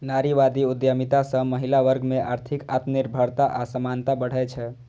नारीवादी उद्यमिता सं महिला वर्ग मे आर्थिक आत्मनिर्भरता आ समानता बढ़ै छै